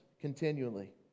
continually